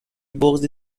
بغضی